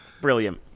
brilliant